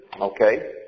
Okay